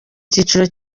cyiciro